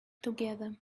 together